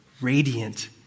radiant